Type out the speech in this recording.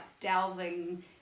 delving